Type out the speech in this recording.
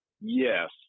Yes